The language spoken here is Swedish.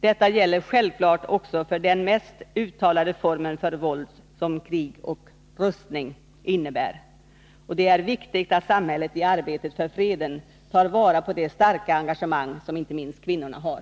Detta gäller självfallet också för den mest uttalade form för våld som krig och rustning innebär. Det är viktigt att samhället i arbetet för freden tar vara på det starka engagemang som inte minst kvinnorna har.